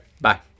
Bye